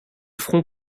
front